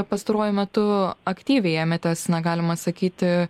pastaruoju metu aktyviai ėmėtės na galima sakyti